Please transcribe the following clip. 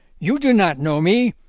you do not know me.